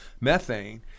methane